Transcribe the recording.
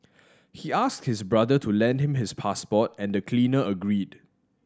he asked his brother to lend him his passport and the cleaner agreed